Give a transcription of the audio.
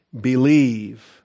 believe